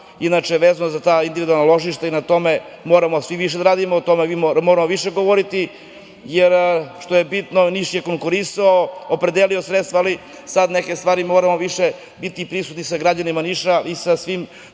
čast. Inače, vezano za ta individualna ložišta, na tome mi moramo svi više da radimo, o tome moramo više govoriti, jer ono što je bitno Niš je konkurisao, opredelio sredstva, ali sada neke stvari moramo više biti sa građanima Niša i sa svim